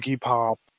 Pop